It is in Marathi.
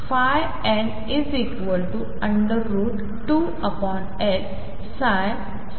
आहे आम्ही Cn